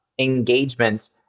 engagement